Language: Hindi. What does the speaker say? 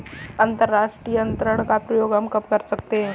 अंतर्राष्ट्रीय अंतरण का प्रयोग हम कब कर सकते हैं?